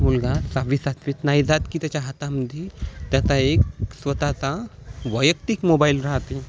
मुलगा सहावी सातवीत नाही जात की त्याच्या हातामध्ये त्याचा एक स्वतःचा वैयक्तिक मोबाईल राहते